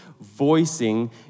voicing